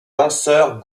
lanceurs